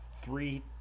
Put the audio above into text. three